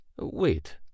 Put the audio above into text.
wait